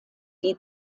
die